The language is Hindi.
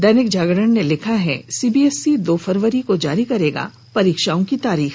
दैनिक जागरण ने लिखा है सीबीएसई दो फरवरी को जारी करेगा परीक्षाओ की तारीख